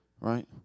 right